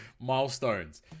Milestones